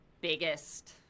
biggest